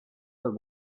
that